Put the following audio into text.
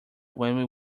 when